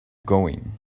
going